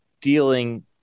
dealing